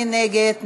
מי נגד?